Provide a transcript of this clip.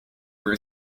were